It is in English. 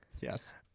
Yes